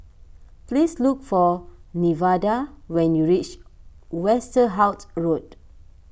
please look for Nevada when you reach Westerhout Road